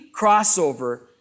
crossover